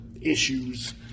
issues